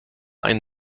ein